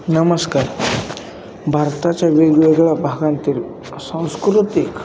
नमस्कार भारताच्या वेगवेगळ्या भागातील सांस्कृतिक